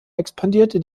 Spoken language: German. expandierte